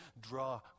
draw